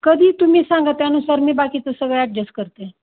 कधी तुम्ही सांगा त्यानुसार मी बाकीचं सगळं ॲडजस्ट करते